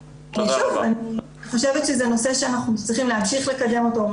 אני חושבת שזה נושא שאנחנו צריכים להמשיך לקדם אותו,